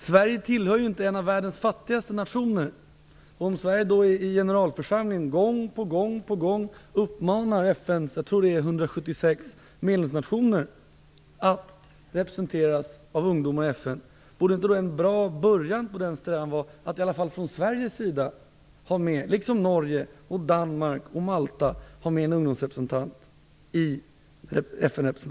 Fru talman! Sverige är inte en av världens fattigaste nationer. Om Sverige i generalförsamlingen gång på gång uppmanar FN:s jag tror det är 176 medlemsnationer att låta sig representeras av ungdomar i FN, borde då inte en bra början på denna strävan vara att i varje fall från Sverige, liksom från Norge, Danmark och Malta, ha med en ungdomsrepresentant i FN